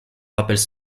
rappelle